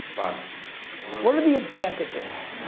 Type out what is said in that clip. but what are the advantages?